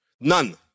None